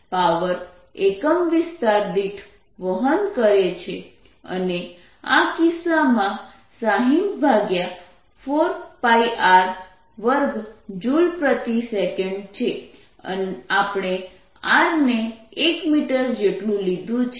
power એકમ વિસ્તાર દીઠ વહન કરે છે અને આ કિસ્સામાં 60Js4πR2 છે આપણે r ને 1 મીટર જેટલું લીધું છે